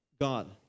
God